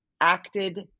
acted